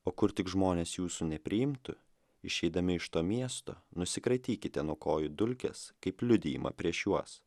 o kur tik žmonės jūsų nepriimtų išeidami iš to miesto nusikratykite nuo kojų dulkes kaip liudijimą prieš juos